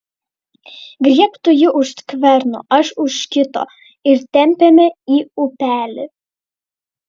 griebk tu jį už skverno aš už kito ir tempiame į upelį